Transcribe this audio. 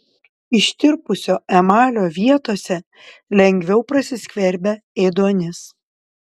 ištirpusio emalio vietose lengviau prasiskverbia ėduonis